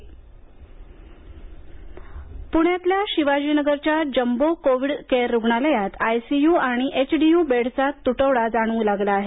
jumbo Covid पुण्यातल्या शिवाजी नगरच्या jumbo Covid care रुग्णालयात आयसीयू आणि एचडीयू बेडचा तुटवडा जाणवू लागला आहे